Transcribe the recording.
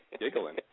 Giggling